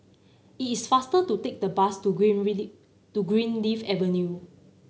it is faster to take the bus to Greenleaf Avenue